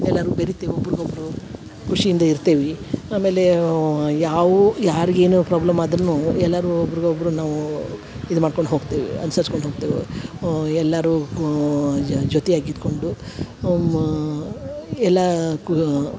ಎಲ್ಲಾರು ಬೆರಿತೀವಿ ಒಬ್ರುಗ ಒಬ್ಬರು ಖುಷಿಯಿಂದ ಇರ್ತೇವಿ ಆಮೇಲೆ ಓ ಯಾವು ಯಾರ್ಗೆ ಏನು ಪ್ರಾಬ್ಲಮ್ ಆದರೂನು ಎಲ್ಲಾರು ಒಬ್ರುಗೆ ಒಬ್ಬರು ನಾವು ಇದು ಮಾಡ್ಕೊಂಡು ಹೋಗ್ತೇವಿ ಅನ್ಸರ್ಸ್ಕೊಂಡು ಹೋಗ್ತೇವು ಎಲ್ಲಾರು ಕು ಜ ಜೊತೆಯಾಗಿ ಇದ್ಕೊಂಡು ಅಮ್ಮ ಎಲ್ಲ ಕು